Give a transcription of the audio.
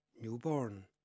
newborn